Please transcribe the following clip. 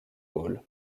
ball